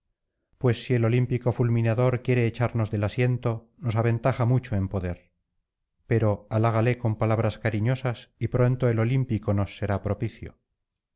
pues si el olímpico fulminador quiere echarnos del asiento nos aventaja mucho en poder pero halágale con palabras cariñosas y pronto el olímpico nos será propicio